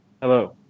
Hello